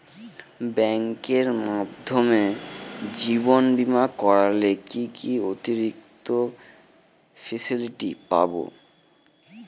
ব্যাংকের মাধ্যমে জীবন বীমা করলে কি কি অতিরিক্ত ফেসিলিটি পাব?